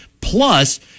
plus